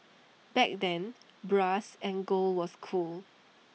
back then brass and gold was cool